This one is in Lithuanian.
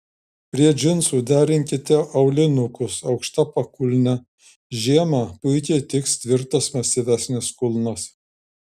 prie džinsų derinkite aulinukus aukšta pakulne žiemą puikiai tiks tvirtas masyvesnis kulnas